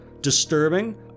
disturbing